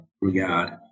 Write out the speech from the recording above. regard